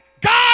God